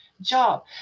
job